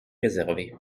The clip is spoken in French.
réservé